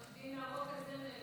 עו"ד אווקה זנה.